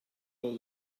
all